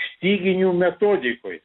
styginių metodikoj